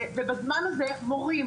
ובזמן הזה המורים,